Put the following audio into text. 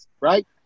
right